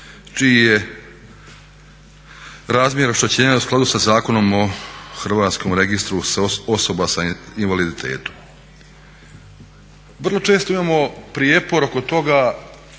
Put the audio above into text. čiji je razmjer oštećenja u skladu sa Zakonom o Hrvatskom registru osoba sa invaliditetom. Vrlo često imamo prijepor oko toga